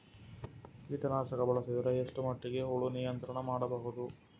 ಕೀಟನಾಶಕ ಬಳಸಿದರ ಎಷ್ಟ ಮಟ್ಟಿಗೆ ಹುಳ ನಿಯಂತ್ರಣ ಮಾಡಬಹುದು?